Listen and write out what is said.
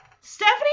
Stephanie